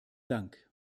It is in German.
dank